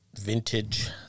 vintage